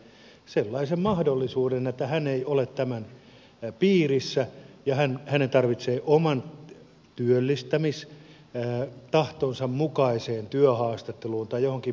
päivä sellaisen mahdollisuuden että hän ei ole tämän piirissä ja hänen tarvitsee oman työllistämistahtonsa mukaiseen työhaastatteluun tai johonkin muuhun päästä